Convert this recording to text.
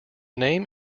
name